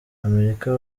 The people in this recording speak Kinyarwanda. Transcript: amerika